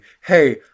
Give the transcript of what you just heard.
hey